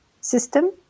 system